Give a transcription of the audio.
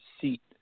seat